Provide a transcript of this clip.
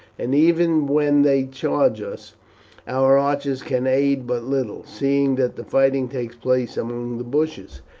and even when they charge us our archers can aid but little, seeing that the fighting takes place among the bushes.